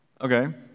Okay